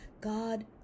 god